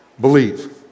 believe